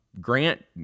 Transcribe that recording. Grant